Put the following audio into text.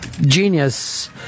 genius